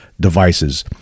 Devices